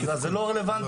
אז זה לא רלוונטי.